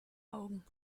augen